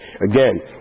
Again